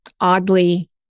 oddly